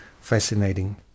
Fascinating